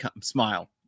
smile